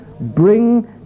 bring